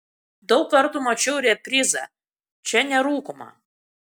daug kartų mačiau reprizą čia nerūkoma